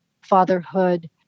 fatherhood